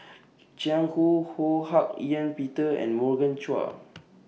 Jiang Hu Ho Hak Ean Peter and Morgan Chua